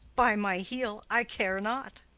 by my heel, i care not.